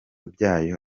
byayo